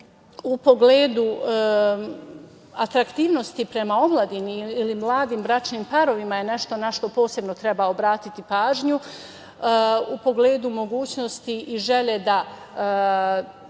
u pogledu atraktivnosti prema omladini ili mladim bračnim parovima je nešto na šta posebno treba obratiti pažnju, u pogledu mogućnosti i želje da